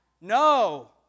No